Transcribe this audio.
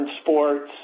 sports